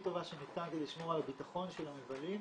טובה שניתן כדי לשמור על בטחון המבלים.